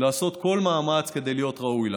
לעשות כל מאמץ כדי להיות ראוי לה